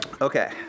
Okay